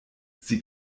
sie